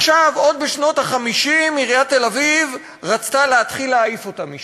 עוד בשנות ה-50 עיריית תל-אביב רצתה להתחיל להעיף אותם משם,